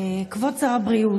כבוד שר הבריאות,